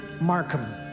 Markham